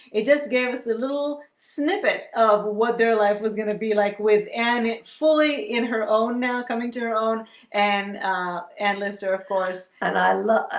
it just gave us a little snippet of what their life was gonna be like with an it fully in her own now coming to her own and analyst sir, of course and i like